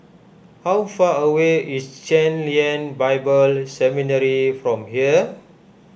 how far away is Chen Lien Bible Seminary from here